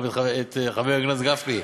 גם לחבר הכנסת גפני,